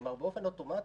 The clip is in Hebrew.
כלומר, באופן אוטומטי,